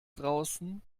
draußen